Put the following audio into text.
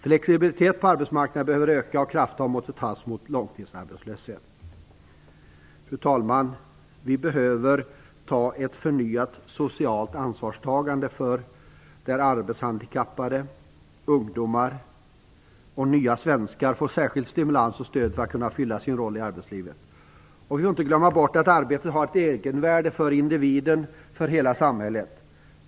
Flexibilitet på arbetsmarknaden behöver öka och krafttag måste tas mot långtidsarbetslöshet. Fru talman! Vi behöver ta ett förnyat socialt ansvarstagande där arbetshandikappade, ungdomar och nya svenskar får särskild stimulans och stöd för att kunna fylla sin roll i arbetslivet. Vi får inte glömma bort att arbetet har ett egenvärde för individen och för hela samhället.